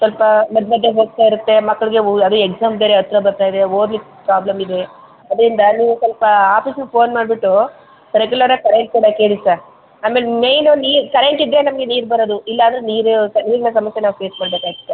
ಸ್ವಲ್ಪ ಮಧ್ಯೆ ಮಧ್ಯೆ ಹೋಗ್ತಾ ಇರುತ್ತೆ ಮಕ್ಕಳಿಗೆ ಉ ಅದೇ ಎಕ್ಸಾಮ್ ಬೇರೆ ಹತ್ತಿರ ಬರ್ತಾ ಇದೆ ಓದ್ಲಿಕ್ಕೆ ಪ್ರಾಬ್ಲಮ್ ಇದೆ ಅದರಿಂದ ನೀವು ಸ್ವಲ್ಪ ಆಫೀಸಿಗೆ ಫೋನ್ ಮಾಡಿಬಿಟ್ಟು ರೆಗ್ಯುಲರಾಗಿ ಕರೆಂಟ್ ಕೊಡಕ್ಕೆ ಹೇಳಿ ಸರ್ ಆಮೇಲೆ ಮೇನು ನೀರು ಕರೆಂಟಿದ್ದರೆ ನಮಗೆ ನೀರು ಬರೋದು ಇಲ್ಲ ಅಂದ್ರೆ ನೀರು ನೀರಿನ ಸಮಸ್ಯೆ ನಾವು ಫೇಸ್ ಮಾಡಬೇಕಾಗ್ತದೆ